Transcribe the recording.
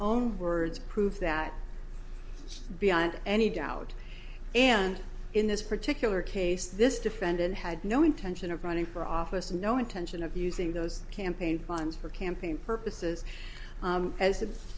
own words prove that beyond any doubt and in this particular case this defendant had no intention of running for office and no intention of using those campaign funds for campaign purposes